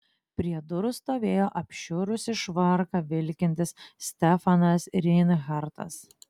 prie durų stovėjo apšiurusį švarką vilkintis stefanas reinhartas